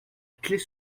claye